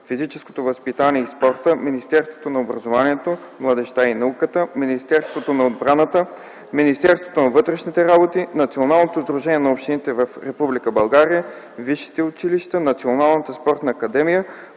физическото възпитание и спорта, Министерството на образованието, младежта и науката, Министерството на отбраната, Министерството на вътрешните работи, Националното сдружение на общините в Република България, висшите училища, Националната спортна академия,